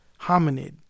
Hominid